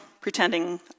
pretending